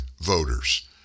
voters